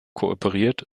kooperiert